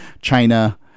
China